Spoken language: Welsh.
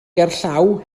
gerllaw